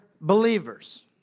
believers